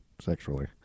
sexually